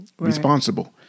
Responsible